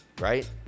right